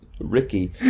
Ricky